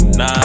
nah